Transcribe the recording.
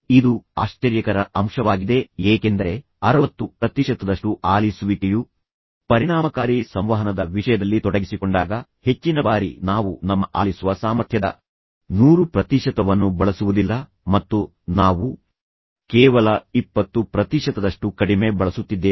ಇದು ಆಶ್ಚರ್ಯಕರ ಅಂಶವಾಗಿದೆ ಏಕೆಂದರೆ 60 ಪ್ರತಿಶತದಷ್ಟು ಆಲಿಸುವಿಕೆಯು ಪರಿಣಾಮಕಾರಿ ಸಂವಹನದ ವಿಷಯದಲ್ಲಿ ತೊಡಗಿಸಿಕೊಂಡಾಗ ಹೆಚ್ಚಿನ ಬಾರಿ ನಾವು ನಮ್ಮ ಆಲಿಸುವ ಸಾಮರ್ಥ್ಯದ 100 ಪ್ರತಿಶತವನ್ನು ಬಳಸುವುದಿಲ್ಲ ಮತ್ತು ನಾವು ನಮ್ಮ ಆಲಿಸುವ ಸಾಮರ್ಥ್ಯವನ್ನು ಕೇವಲ 20 ಪ್ರತಿಶತದಷ್ಟು ಕಡಿಮೆ ಬಳಸುತ್ತಿದ್ದೇವೆ